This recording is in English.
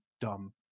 dumb